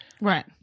Right